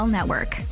Network